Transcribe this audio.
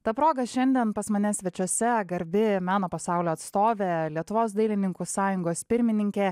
ta proga šiandien pas mane svečiuose garbi meno pasaulio atstovė lietuvos dailininkų sąjungos pirmininkė